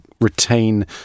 retain